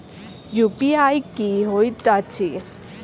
UPI की होइत अछि